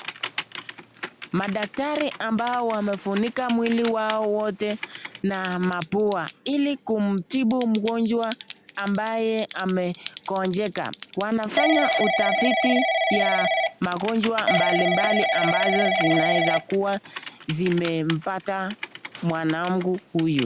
Madaktari ambao wamefunika mwili wao wote na mapua ili kumtibu mgonjwa ambaye amegonjeka, anafanya utafiti wa magonjwa mbalimbali ambazo zinaweza kuwa zimempata mwanangu huyu.